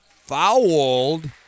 fouled